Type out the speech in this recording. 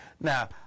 now